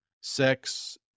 Sex